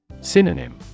Synonym